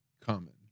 common